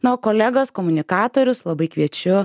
na o kolegas komunikatorius labai kviečiu